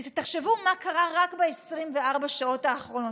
תחשבו מה קרה רק ב-24 שעות האחרונות.